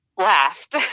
laughed